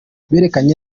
berekanye